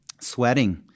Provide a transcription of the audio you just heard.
Sweating